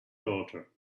daughter